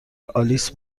آلیس